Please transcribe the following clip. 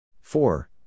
Four